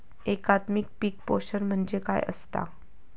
एकात्मिक पीक पोषण म्हणजे काय असतां?